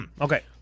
Okay